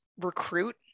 recruit